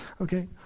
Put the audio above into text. Okay